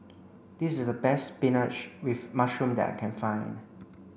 this is the best spinach with mushroom that I can find